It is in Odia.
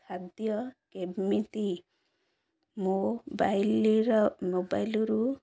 ଖାଦ୍ୟ କେମିତି ମୋବାଇଲର ମୋବାଇଲରୁ